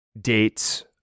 dates